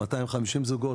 250 זוגות,